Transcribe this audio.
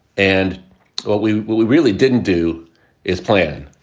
and what we what we really didn't do is plan.